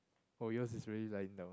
oh yours is really lying down